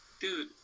Dude